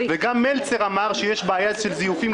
גם מלצר אמר שיש בעיה גדולה של זיופים.